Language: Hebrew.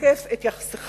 משקף את יחסך